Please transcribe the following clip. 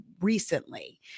recently